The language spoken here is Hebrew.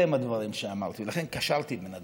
אלה הם הדברים שאמרתי, ולכן קשרתי בין הדברים.